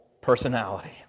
personality